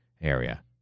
area